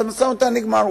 והמשא-ומתן אחר כך נגמר,